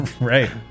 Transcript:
right